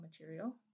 material